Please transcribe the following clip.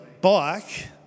bike